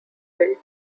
built